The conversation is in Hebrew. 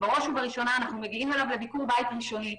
בראש ובראשונה אנחנו מגיעים אליו לביקור בית ראשוני,